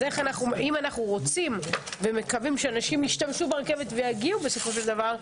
אם אנחנו רוצים ומקווים שאנשים ישתמשו ברכבת ויגיעו בסופו של דבר,